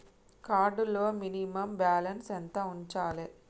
Card లో minimum balance ఎంత ఉంచాలే?